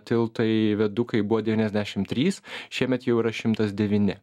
tiltai viadukai buvo devyniasdešim trys šiemet jau yra šimtas devyni